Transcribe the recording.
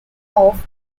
off